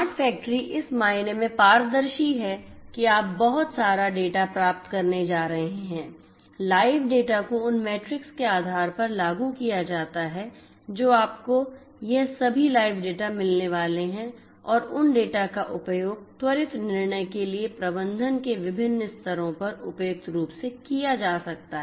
smart factory इस मायने में पारदर्शी है कि आप बहुत सारा डेटा प्राप्त करने जा रहे हैं लाइव डेटा को उन मैट्रिक्स के आधार पर लागू किया जाता है जो आपको यह सभी लाइव डेटा मिलने वाले हैं और उन डेटा का उपयोग त्वरित निर्णय के लिए प्रबंधन के विभिन्न स्तरों पर उपयुक्त रूप से किया जा सकता है